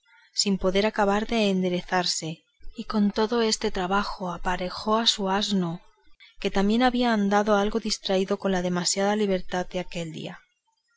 sin poder acabar de enderezarse y con todo este trabajo aparejó su asno que también había andado algo destraído con la demasiada libertad de aquel día